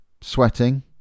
sweating